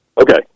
Okay